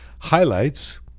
Highlights